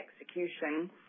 execution